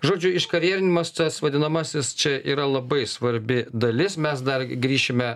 žodžiu iškarjerinimas tas vadinamasis čia yra labai svarbi dalis mes dar grįšime